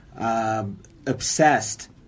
obsessed